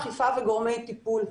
אכיפה וגורמי טיפול.